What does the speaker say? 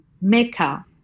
mecca